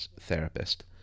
therapist